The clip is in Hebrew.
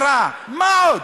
אגרה, מה עוד?